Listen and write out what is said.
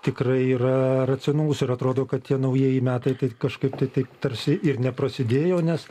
tikrai yra racionalus ir atrodo kad tie naujieji metai kai kažkaip tai taip tarsi ir neprasidėjo nes